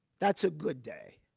that's a good day.